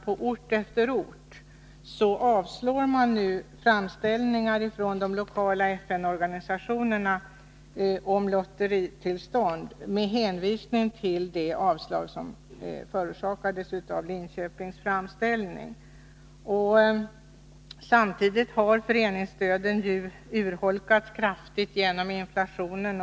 På ort efter ort avslås nu framställningar om lotteritillstånd från de lokala FN-organisationerna med hänvisning till avslaget på framställningen från Linköpings FN-förening. Samtidigt har föreningsstöden urholkats kraftigt till följd av inflationen.